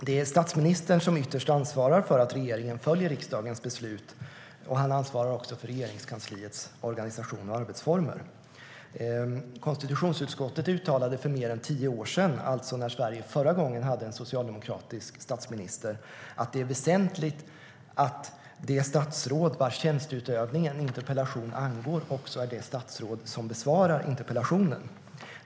Det är statsministern som ytterst ansvarar för att regeringen följer riksdagens beslut, och han ansvarar även för Regeringskansliets organisation och arbetsformer. Konstitutionsutskottet uttalade för mer än tio år sedan, alltså förra gången Sverige hade en socialdemokratisk statsminister, att det är väsentligt att det statsråd vars tjänsteutövning en interpellation angår också är det statsråd som besvarar interpellationen.